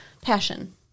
passion